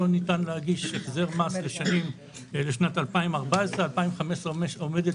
לא ניתן להגיש החזר מס לשנת 2014. 2015 עומדת